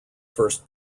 first